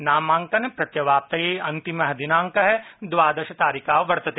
नामांकन प्रत्यवाप्तये अन्तिमः दिनांकः द्वादशतारिका वर्तते